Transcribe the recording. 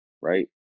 Right